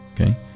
okay